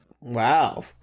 Wow